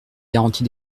garanties